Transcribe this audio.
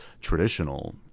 traditional